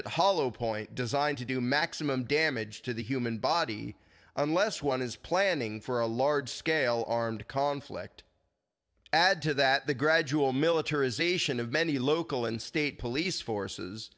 it hollow point designed to do maximum damage to the human body unless one is planning for a large scale armed conflict add to that the gradual militarization of many local and state police forces